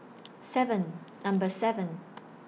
seven Number seven